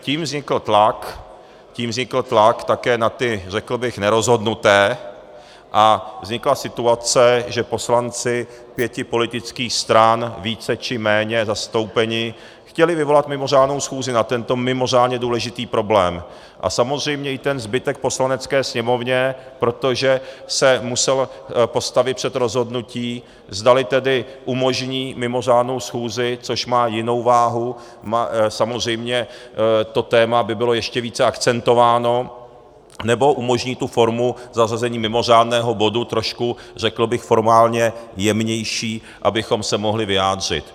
Tím vznikl tlak také na ty, řekl bych, nerozhodnuté a vznikla situace, že poslanci pěti politických stran více či méně zastoupení chtěli vyvolat mimořádnou schůzi na tento mimořádně důležitý problém, a samozřejmě i zbytek v Poslanecké sněmovně, protože se musel postavit před rozhodnutí, zdali tedy umožní mimořádnou schůzi, což má jinou váhu, samozřejmě to téma by bylo ještě více akcentováno, nebo umožní tu formu zařazení mimořádného bodu, trošku řekl bych formálně jemnější, abychom se mohli vyjádřit.